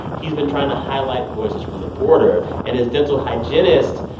he's been trying to highlight voices from the border. and his dental hygienist,